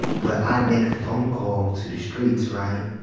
but i'd make a phone call to the streets, right?